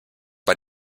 bei